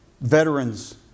veterans